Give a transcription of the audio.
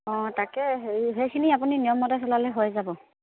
অঁ তাকে হেৰি সেইখিনি আপুনি নিয়মমতে চলালে হৈ যাব